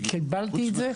קיבלתי את זה.